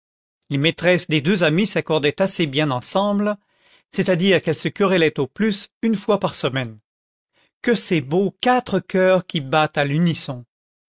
les maîtresses des deux amis s'accordaient assez bien ensemble c'est-à-dire qu'elles se querellaient au plus une fois par semaine que c'est beau quatre cœurs qui battent à l'unisson